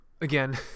again